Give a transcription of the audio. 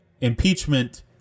impeachment